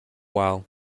while